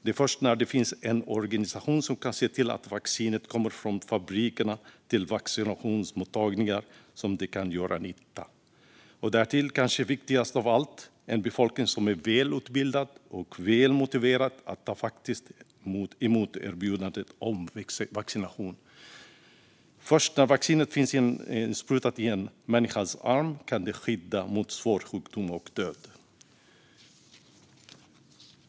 Det är först när det finns en organisation som kan se till att vaccinet kommer från fabrikerna till vaccinationsmottagningar som det kan göra nytta. Därtill, kanske viktigast av allt, tar en befolkning som är välutbildad och välmotiverad faktiskt emot erbjudandet om vaccination. Först när vaccinet finns insprutat i en människas arm kan det skydda mot svår sjukdom och död.